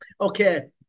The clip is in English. Okay